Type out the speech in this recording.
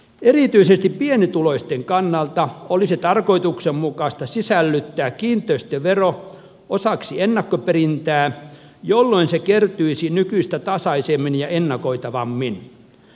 erityisesti pienituloisten kannalta olisi tarkoituksenmukaista sisällyttää kiinteistövero osaksi ennakkoperintää jolloin se kertyisi nykyistä tasaisemmin ja ennakoitavammin